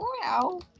wow